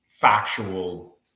factual